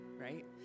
right